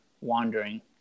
wandering